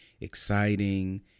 exciting